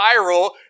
viral